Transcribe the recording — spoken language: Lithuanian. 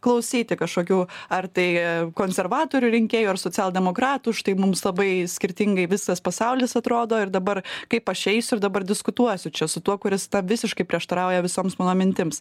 klausyti kažkokių ar tai konservatorių rinkėjų ar socialdemokratų štai mums labai skirtingai visas pasaulis atrodo ir dabar kaip aš eisiu ir dabar diskutuosiu čia su tuo kuris visiškai prieštarauja visoms mano mintims